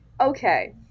Okay